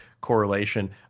correlation